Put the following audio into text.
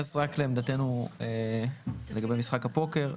אתייחס רק לעמדתנו לגבי משחק הפוקר.